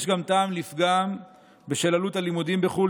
יש גם טעם לפגם בשל עלות הלימודים בחו"ל,